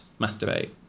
masturbate